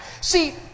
See